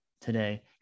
today